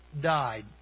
died